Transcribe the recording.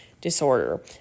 disorder